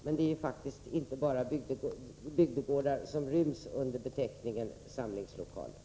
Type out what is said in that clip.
Men det är faktiskt inte bara bygdegårdar som ryms under beteckningen samlingslokaler.